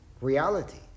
reality